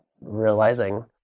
realizing